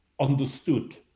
understood